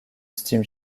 steam